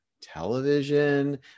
television